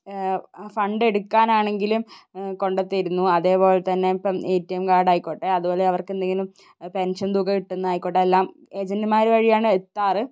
ആ ഫണ്ട് എടുക്കാനാണെങ്കിലും കൊണ്ടുത്തരുന്നു അതേപോലെതന്നെ ഇപ്പം എ ടി എം കാർഡ് ആയിക്കോട്ടെ അതുപോലെ അവർക്കെന്തെങ്കിലും പെൻഷൻ തുക കിട്ടുന്നതായിക്കോട്ടെ എല്ലാം ഏജന്റുമാർ വഴിയാണ് എത്താറ്